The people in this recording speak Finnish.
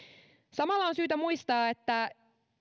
samalla on syytä muistaa että